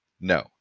no